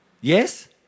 Yes